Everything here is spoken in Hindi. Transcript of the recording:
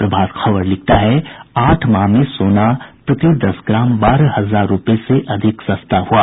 प्रभात खबर लिखता है आठ माह में सोना प्रति दस ग्राम बारह हजार रूपये से अधिक सस्ता हुआ